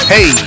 Hey